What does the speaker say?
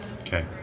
Okay